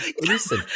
Listen